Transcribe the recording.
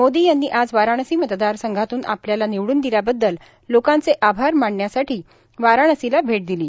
मोदी यांनी आज वाराणसी मतदारसंघातून आपल्याला निवडून दिल्याबद्दल लोकांचे आभार मानण्यासाठी वाराणसीला भेट दिली